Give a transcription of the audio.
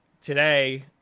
today